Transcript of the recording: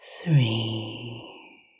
three